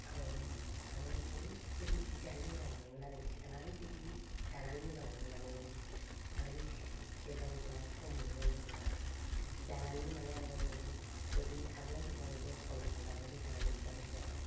आं आगोलो ओरैबायदि जि दानो मोजां मोनोमोन आरो जिखो आरैबायदि दानानै मोजां मोनो माने जेब्लानिखो आं सम मोनोमोन अब्ला जि दानानैनो माने आं ओरैबायदि आर'नायफोरखो आं दस फन्द्र'खान दाबाय बैसागोनि सिगां सिगां